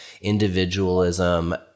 individualism